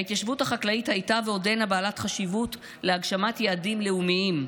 ההתיישבות החקלאית הייתה ועודנה בעלת חשיבות להגשמת יעדים לאומיים,